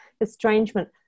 estrangement